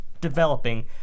developing